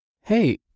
hey